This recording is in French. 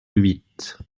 huit